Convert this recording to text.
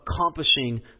accomplishing